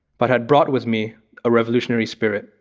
but had brought with me a revolutionary spirit.